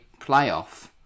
playoff